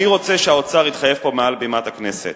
אני רוצה שהאוצר יתחייב פה מעל בימת הכנסת